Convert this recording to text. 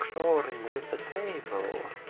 so xorring with a table.